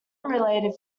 related